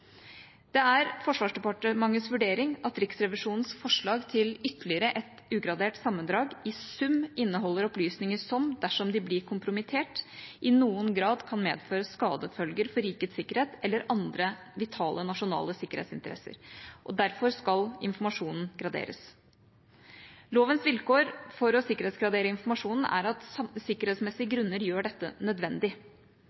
Det er Forsvarsdepartementets vurdering at Riksrevisjonens forslag til ytterligere et ugradert sammendrag i sum inneholder opplysninger som, dersom de blir kompromittert, i noen grad kan medføre skadefølger for rikets sikkerhet eller andre vitale nasjonale sikkerhetsinteresser. Derfor skal informasjonen graderes. Lovens vilkår for å sikkerhetsgradere informasjon er at sikkerhetsmessige